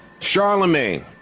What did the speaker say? Charlemagne